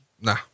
Nah